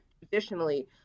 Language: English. traditionally